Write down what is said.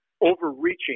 overreaching